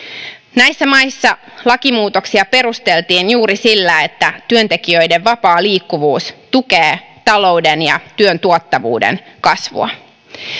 näissä maissa lakimuutoksia perusteltiin juuri sillä että työntekijöiden vapaa liikkuvuus tukee talouden ja työn tuottavuuden kasvua